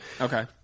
Okay